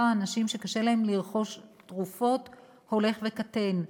האנשים שקשה להם לרכוש תרופות הולך וקטן.